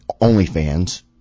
OnlyFans